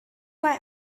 why